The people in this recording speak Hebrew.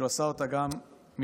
כשהוא עשה אותה גם מלבנון.